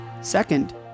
Second